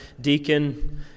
deacon